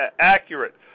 accurate